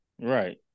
right